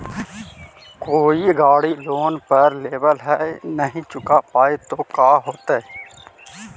कोई गाड़ी लोन पर लेबल है नही चुका पाए तो का होतई?